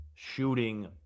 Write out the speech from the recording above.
shooting